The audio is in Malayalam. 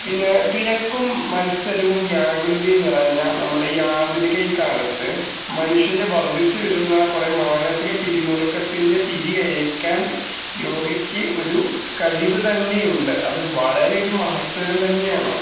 പിന്നെ തിരക്കും മത്സരവും വ്യാകുലതയും നിറഞ്ഞ നമ്മുടെ ഈ ആധുനിക കാലത്ത് മനുഷ്യൻ്റെ വർദ്ധിച്ച് വരുന്ന കുറെ മാനസിക പിരിമുറുക്കത്തിൻ്റെ പിരി അഴിക്കാൻ യോഗയ്ക്ക് ഒരു കഴിവ് തന്നെ ഉണ്ട് അത് വളരെ ഒരു മഹത്വരം തന്നെയാണ്